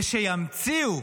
ושימציאו,